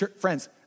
friends